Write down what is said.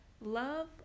love